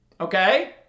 Okay